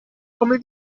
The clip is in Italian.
come